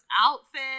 outfit